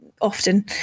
often